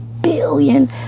billion